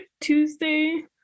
Tuesday